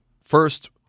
first